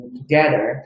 together